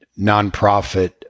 nonprofit